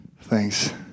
Thanks